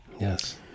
Yes